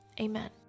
Amen